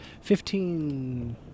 Fifteen